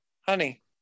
honey